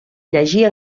llegir